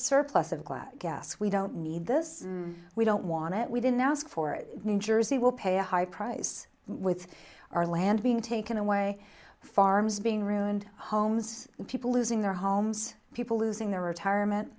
surplus of glass gas we don't need this we don't want it we didn't ask for it new jersey will pay a high price with our land being taken away farms being ruined homes people losing their homes people losing their retirement